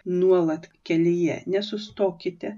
nuolat kelyje nesustokite